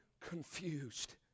confused